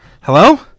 Hello